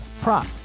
prop